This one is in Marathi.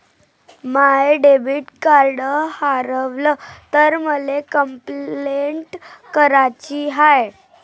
माय डेबिट कार्ड हारवल तर मले कंपलेंट कराची हाय